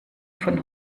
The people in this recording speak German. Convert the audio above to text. von